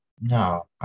no